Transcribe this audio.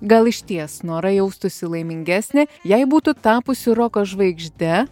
gal išties nora jaustųsi laimingesnė jei būtų tapusi roko žvaigžde